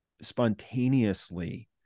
spontaneously